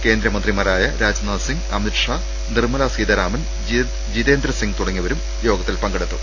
കേന്ദ്രമന്ത്രിമാരായ രാജ്നാഥ് സിങ്ങ് അമിത് ഷാ നിർമ്മല സീതാരാമൻ ജിതേന്ദ്രസിങ്ങ് തുടങ്ങിയവരും യോഗ ത്തിൽ പങ്കെടുത്തു